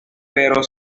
pero